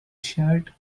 shirt